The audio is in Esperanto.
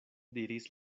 diris